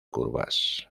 curvas